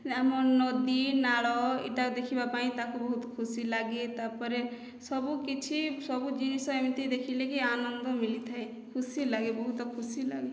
ଆମ ନଦୀ ନାଳ ଏଇଟା ଦେଖିବା ପାଇଁ ତାକୁ ବହୁତ ଖୁସି ଲାଗେ ତାପରେ ସବୁ କିଛି ସବୁ ଜିନିଷ ଏମିତି ଦେଖିଲେକି ଆନନ୍ଦ ମିଲିଥାଏ ଖୁସି ଲାଗେ ବହୁତ ଖୁସି ଲାଗେ